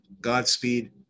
Godspeed